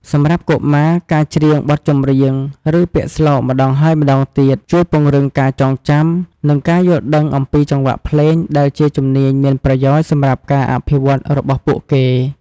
សម្រាប់កុមារ ការច្រៀងបទចម្រៀង ឬពាក្យស្លោកម្តងហើយម្តងទៀត ជួយពង្រឹងការចងចាំ និងការយល់ដឹងអំពីចង្វាក់ភ្លេង ដែលជាជំនាញមានប្រយោជន៍សម្រាប់ការអភិវឌ្ឍន៍របស់ពួកគេ។